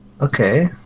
Okay